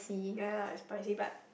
ya lah it's spicy but